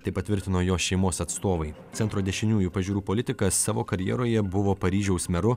tai patvirtino jo šeimos atstovai centro dešiniųjų pažiūrų politikas savo karjeroje buvo paryžiaus meru